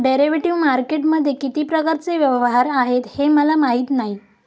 derivative मार्केटमध्ये किती प्रकारचे व्यवहार आहेत हे मला माहीत नाही